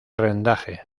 rendaje